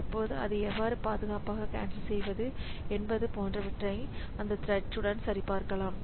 இப்போது அதை எவ்வாறு பாதுகாப்பாக கேன்சல் செய்வது என்பது போன்றவற்றை அந்த த்ரெட் சரிபார்க்கலாம்